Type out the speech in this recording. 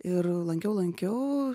ir lankiau lankiau